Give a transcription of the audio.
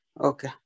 Okay